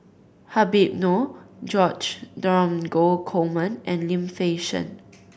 Habib Noh George Dromgold Coleman and Lim Fei Shen